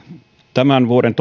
tämän vuoden